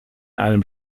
einem